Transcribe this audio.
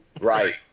Right